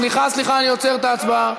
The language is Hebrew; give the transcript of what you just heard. סליחה, סליחה, אני עוצר את ההצבעה.